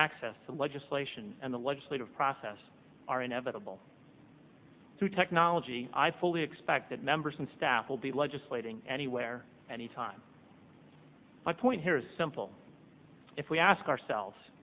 access to legislation and the legislative process are inevitable through technology i fully expect that members and staff will be legislating anywhere anytime my point here is simple if we ask ourselves